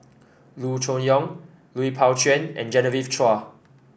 Loo Choon Yong Lui Pao Chuen and Genevieve Chua